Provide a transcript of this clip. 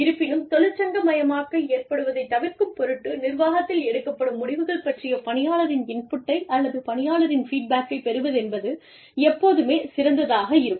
இருப்பினும் தொழிற்சங்கமயமாக்கல் ஏற்படுவதைத் தவிர்க்கும் பொருட்டு நிர்வாகத்தில் எடுக்கப்படும் முடிவுகள் பற்றிய பணியாளரின் இன்புட்டை அல்லது பணியாளரின் ஃபீட்பேக்கை பெறுவதென்பது எப்போதும் சிறந்ததாக இருக்கும்